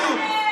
כל יום.